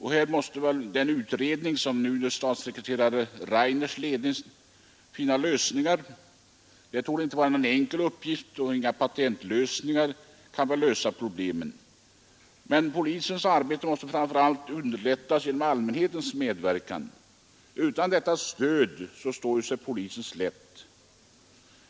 Här måste den utredning finna lösningar som under statssekreterare Rainers ledning har tillsatts. Det torde inte vara någon enkel uppgift. Det finns väl ingen patentlösning på detta problem. Polisens arbete måste dock framför allt underlättas genom allmänhetens medverkan. Utan detta stöd står polisen sig slätt.